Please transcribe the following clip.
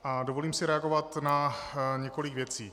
A dovolím si reagovat na několik věcí.